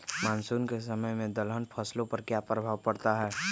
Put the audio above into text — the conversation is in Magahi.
मानसून के समय में दलहन फसलो पर क्या प्रभाव पड़ता हैँ?